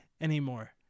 anymore